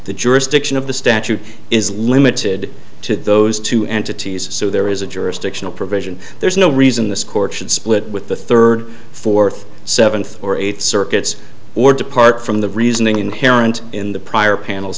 the jurisdiction of the statute is limited to those two entities so there is a jurisdictional provision there's no reason this court should split with the third fourth seventh or eighth circuits or depart from the reasoning inherent in the prior panel